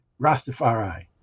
Rastafari